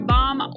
Bomb